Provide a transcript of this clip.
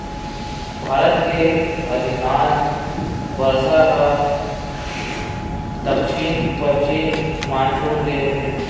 भारत के अधिकांस बरसा ह दक्छिन पस्चिम मानसून ले होथे